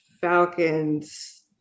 Falcons